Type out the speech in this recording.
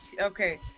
okay